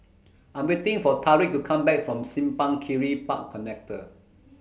I'm waiting For Tariq to Come Back from Simpang Kiri Park Connector